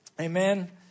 Amen